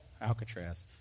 Alcatraz